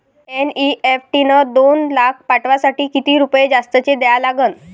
NEFT न दोन लाख पाठवासाठी किती रुपये जास्तचे द्या लागन?